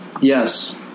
Yes